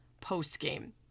post-game